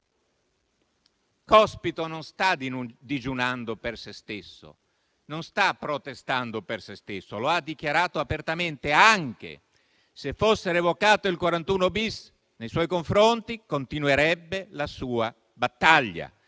Cospito non sta digiunando per se stesso; non sta protestando per se stesso. Lo ha dichiarato apertamente: anche se fosse revocato il 41-*bis* nei suoi confronti, continuerebbe la sua battaglia.